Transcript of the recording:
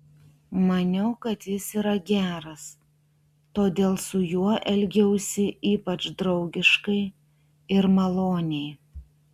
maniau kad jis yra geras todėl su juo elgiausi ypač draugiškai ir maloniai